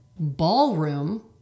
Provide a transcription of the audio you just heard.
ballroom